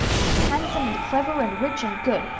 he's handsome and clever and rich and good.